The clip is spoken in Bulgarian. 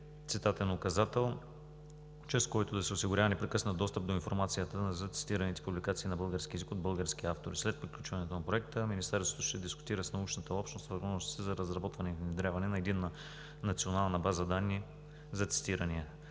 цитатен указател, чрез който да се осигурява непрекъснат достъп до информацията за цитираните публикации на български език от български автори. След приключването на Проекта Министерството ще дискутира с научната общност възможностите за разработване и внедряване на единна национална база данни за цитирания.